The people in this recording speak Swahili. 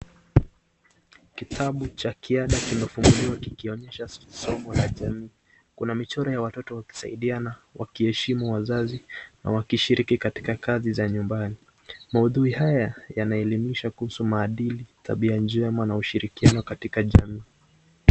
Kitabu cha kiada kimefunguliwa kikionyesha somo ya jamii. Kuna michoro ya watoto wakisaidiana, wakiheshimu wazazi na wakishiriki katika kazi za nyumbani. Maudhui haya yanaelimisha kuhusu maadili, tabia njema na ushirikiano katika jamii.